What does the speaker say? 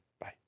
Bye